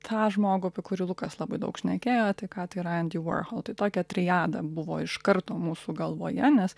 tą žmogų apie kurį lukas labai daug šnekėjo tai ką tai yra andy warhol tai tokia triada buvo iš karto mūsų galvoje nes